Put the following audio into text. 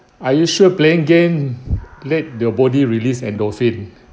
are you sure playing game lead the body release endorphin